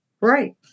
right